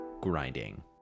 grinding